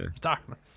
darkness